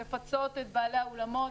חשוב לפצות את בעלי האולמות,